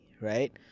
right